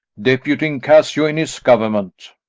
deputing cassio in his government.